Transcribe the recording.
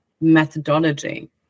methodology